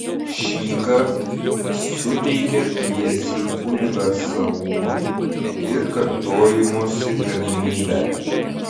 šįkart suteikia pjesei universalumo ir kartojimosi galimybę